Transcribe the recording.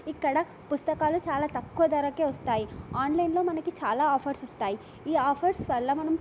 ఇక్కడ పుస్తకాలు చాలా తక్కువ ధరకే వస్తాయి ఆన్లైన్లో మనకి చాలా ఆఫర్స్ వస్తాయి ఈ ఆఫర్స్ వల్ల మనం